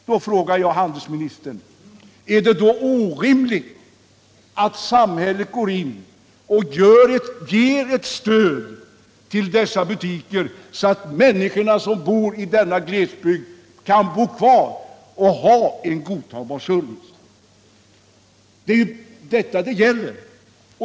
Jag frågar handelsministern: Är det då orimligt att samhället går in och ger stöd till sådana butiker, så att människor i glesbygderna kan bo kvar där och behålla en godtagbar service? Det är detta saken gäller.